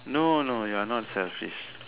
no no you're not selfish